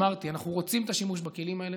אמרתי, אנחנו רוצים את השימוש בכלים האלה,